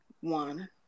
one